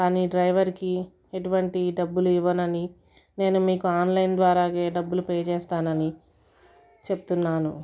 కానీ డ్రైవర్కి ఎటువంటి డబ్బులు ఇవ్వనని నేను మీకు ఆన్లైన్ ద్వారా డబ్బులు పే చేస్తానని చెప్తున్నాను